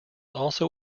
also